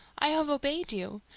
i have obeyed you.